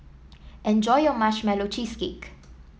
enjoy your Marshmallow Cheesecake